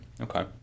Okay